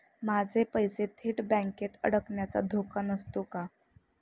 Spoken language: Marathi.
माझे पैसे थेट बँकेत अडकण्याचा धोका नसतो का?